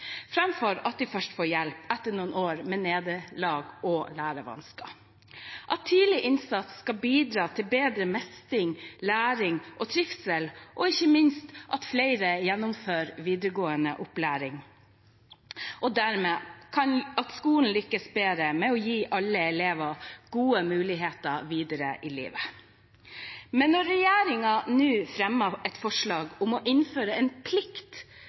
framfor at de først får hjelp etter noen år med nederlag og lærevansker, og at tidlig innsats skal bidra til bedre mestring, læring, trivsel og ikke minst til at flere gjennomfører videregående opplæring, og dermed til at skolen lykkes bedre med å gi alle elever gode muligheter videre i livet. Men når regjeringen nå fremmer et forslag om å innføre en plikt